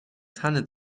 tanne